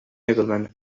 nobleman